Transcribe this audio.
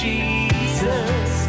Jesus